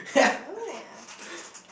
uh I wanna ask